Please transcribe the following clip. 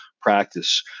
practice